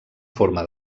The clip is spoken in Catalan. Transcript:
forma